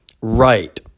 right